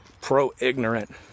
pro-ignorant